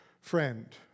friend